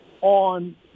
on